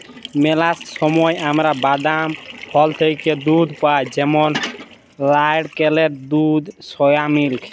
ম্যালা সময় আমরা বাদাম, ফল থ্যাইকে দুহুদ পাই যেমল লাইড়কেলের দুহুদ, সয়া মিল্ক